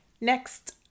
Next